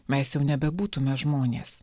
mes jau nebebūtume žmonės